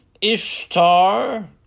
Ishtar